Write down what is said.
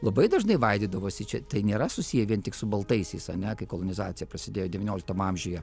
labai dažnai vaidydavosi čia tai nėra susiję vien tik su baltaisiais ane kai kolonizacija prasidėjo devynioliktam amžiuje